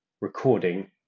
recording